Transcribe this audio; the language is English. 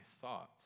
thoughts